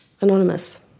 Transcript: anonymous